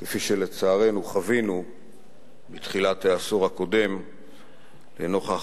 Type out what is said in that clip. כפי שלצערנו חווינו בתחילת העשור הקודם לנוכח